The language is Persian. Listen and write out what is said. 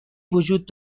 وجود